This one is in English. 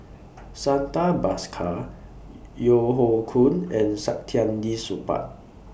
Santha Bhaskar Yeo Hoe Koon and Saktiandi Supaat